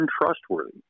untrustworthy